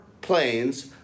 planes